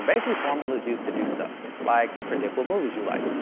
basically formulas used to do stuff, like predict what movies you like,